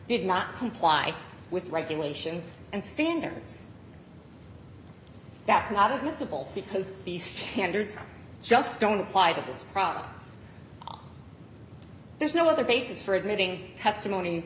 did not comply with regulations and standards that are not admissible because the standards just don't apply to this problem there's no other basis for admitting testimony